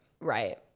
right